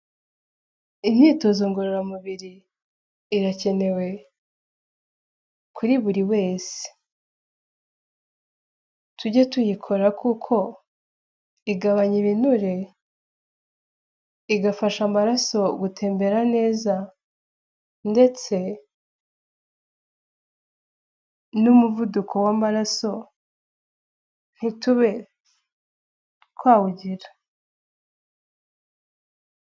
Imyitozo ngororamubiri irakenewe kuri buri wese, tujye tuyikora kuko igabanya ibinure igafasha amaraso gutembera neza ndetse n'umuvuduko w'amaraso ntitube twawugira.